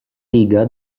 riga